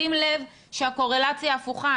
שים לב שהקורלציה הפוכה,